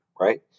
right